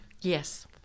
yes